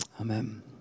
Amen